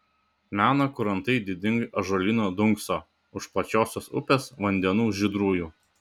mena kur antai didingai ąžuolynai dunkso už plačiosios upės vandenų žydrųjų